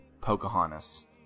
Pocahontas